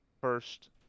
First